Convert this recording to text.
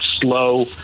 slow